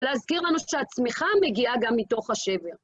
להזכיר לנו שההצמיחה מגיעה גם מתוך השבר.